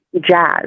Jazz